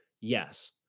Yes